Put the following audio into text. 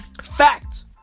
Fact